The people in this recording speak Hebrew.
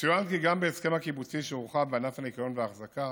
יצוין כי גם בהסכם הקיבוצי שהורחב בענף הניקיון והאחזקה